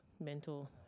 mental